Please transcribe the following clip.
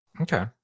Okay